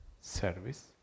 service